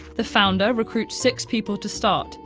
the founder recruits six people to start,